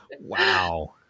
Wow